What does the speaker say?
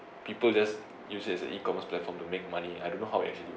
people just use it as a E-commerce platform to make money I don't know how it actually